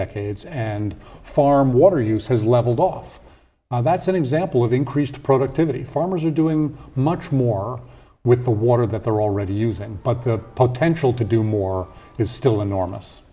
decades and farm water use has leveled off that's an example of increased productivity farmers are doing much more with the water that they're already using but the potential to do more is still enormous